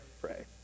pray